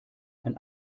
ein